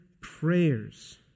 prayers